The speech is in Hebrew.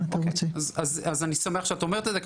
אז אני שמח שאת אומרת את זה,